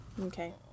Okay